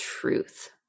truth